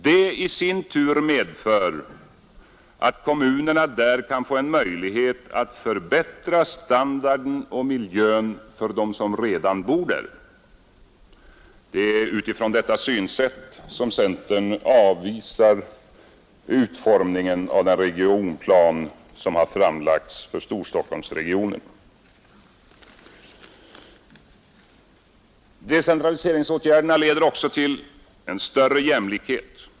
Det i sin tur medför att kommunerna där kan få en möjlighet att förbättra standarden och miljön för dem som redan bor där. Det är utifrån detta synsätt som centern avvisar utformningen av den regionplan som framlagts för Storstockholmsregionen. Decentraliseringsåtgärderna leder också till en större jämlikhet.